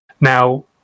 Now